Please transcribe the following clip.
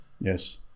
Yes